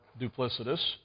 duplicitous